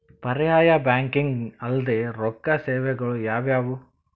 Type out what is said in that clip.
ಪರ್ಯಾಯ ಬ್ಯಾಂಕಿಂಗ್ ಅಲ್ದೇ ರೊಕ್ಕ ಸೇವೆಗಳು ಯಾವ್ಯಾವು?